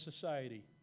society